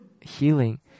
healing